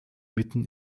mitten